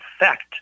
effect